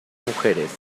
mujeres